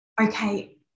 okay